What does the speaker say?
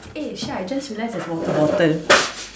eh Shah I just realize there's water bottle